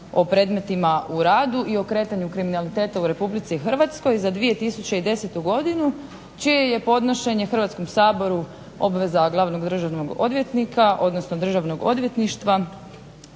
o predmetima u radu i o kretanju kriminaliteta u RH za 2010. godinu čije je podnošenje Hrvatskom saboru obveza Glavnog državnog odvjetnika, odnosno državnog odvjetništva